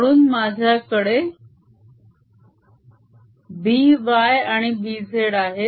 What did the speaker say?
म्हणून माझ्याकडे By आणि Bz आहेत